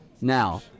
now